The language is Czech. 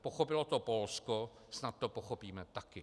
Pochopilo to Polsko, snad to pochopíme taky.